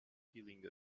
feeling